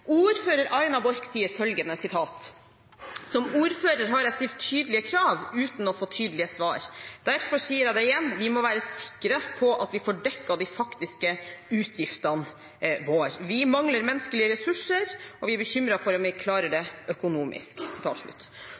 Ordfører Aina Borch sier følgende: «Som ordfører har jeg stilt tydelige krav, uten å få tydelige svar. Derfor sier jeg det igjen: Vi må være sikre på at vi får dekket de faktiske utgiftene våre! Jeg er bekymret for at vi ikke vil klare det. Først og fremst fordi vi mangler menneskelige ressurser. Deretter for